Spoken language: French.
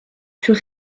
plus